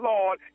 Lord